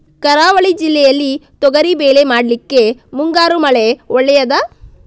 ಕರಾವಳಿ ಜಿಲ್ಲೆಯಲ್ಲಿ ತೊಗರಿಬೇಳೆ ಮಾಡ್ಲಿಕ್ಕೆ ಮುಂಗಾರು ಮಳೆ ಒಳ್ಳೆಯದ?